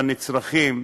בנצרכים.